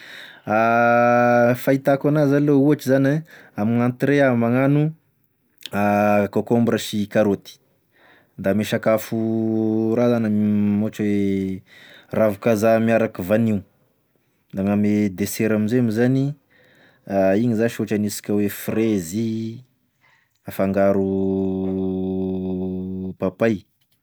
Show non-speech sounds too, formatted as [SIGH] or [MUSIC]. [HESITATION] Fahitako anazy aloha ohatry zany e, amign'entrée ah magnano [HESITATION] kôkombra sy karôty, da ame sakafo raha zany [HESITATION] ohatra oe ravi-kazaha miaraky vanio, na gn'ame desera amizay moa zany a igny zasy ohatry aniasika oe frezy afangaro [HESITATION] papay.